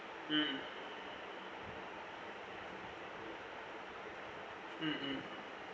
mm mm mm